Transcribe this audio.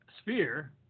sphere